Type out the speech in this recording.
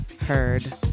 heard